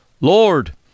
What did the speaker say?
Lord